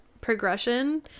progression